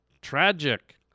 tragic